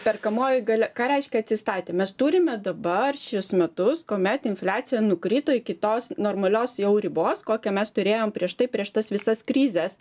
perkamoji galia ką reiškia atsistatė mes turime dabar šiuos metus kuomet infliacija nukrito iki tos normalios jau ribos kokią mes turėjom prieš tai prieš tas visas krizes